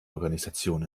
organisation